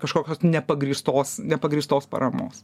kažkokios nepagrįstos nepagrįstos paramos